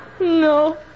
no